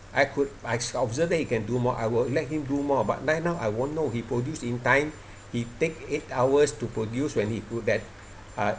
I could I observed that he can do more I will let him do more but right now I won't know he produced in time he take eight hours to produce when he could had uh